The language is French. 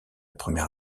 première